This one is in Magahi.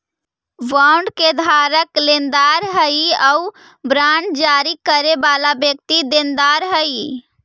बॉन्ड के धारक लेनदार हइ आउ बांड जारी करे वाला व्यक्ति देनदार हइ